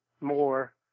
more